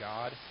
God